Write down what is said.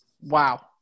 Wow